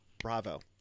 bravo